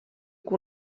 que